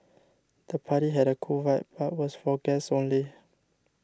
the party had a cool vibe but was for guests only